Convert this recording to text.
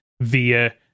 via